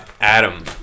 Adam